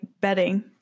bedding